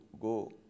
go